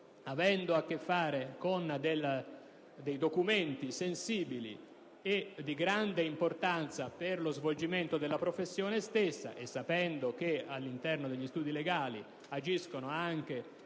avendo a che fare con documenti sensibili e di grande importanza per lo svolgimento della professione stessa e sapendo che all'interno degli studi legali agiscono anche